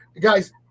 guys